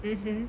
mmhmm